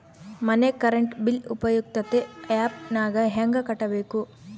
ಮನೆ current bill ಉಪಯುಕ್ತತೆ app ನಾಗ ಹೆಂಗ ಕಟ್ಟಬೇಕು?